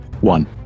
One